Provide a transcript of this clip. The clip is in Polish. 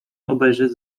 obejrzeć